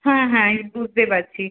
হ্যাঁ হ্যাঁ বুঝতে পারছি